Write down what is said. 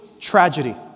tragedy